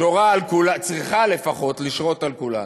שורה על כולם, צריכה לפחות לשרות על כולנו.